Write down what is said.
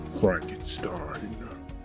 Frankenstein